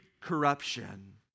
corruption